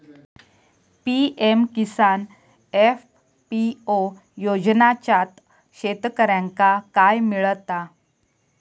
PM Kisan FPO योजनाच्यात शेतकऱ्यांका काय मिळता?